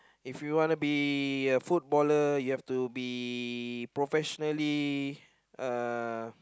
if you want to be a footballer you have to be professionally uh